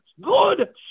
good